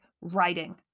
writing